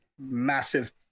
massive